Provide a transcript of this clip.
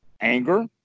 Anger